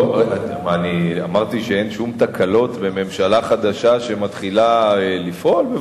אמרתי שאין שום תקלות בממשלה חדשה שמתחילה לפעול?